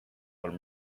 but